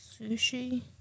Sushi